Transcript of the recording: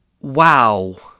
Wow